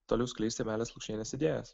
toliau skleisti meilės lukšienės idėjas